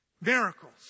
miracles